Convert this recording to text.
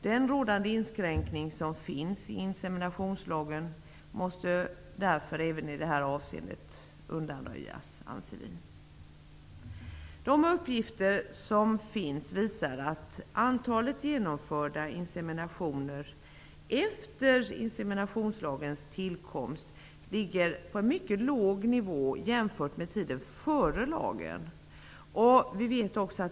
Den rådande inskränkningen i inseminationslagen måste därför även av detta skäl undanröjas, anser vi. Tillgängliga uppgifter visar att antalet genomförda inseminationer efter lagens tillkomst ligger på en mycket låg nivå jämfört med tiden före lagens tillkomst.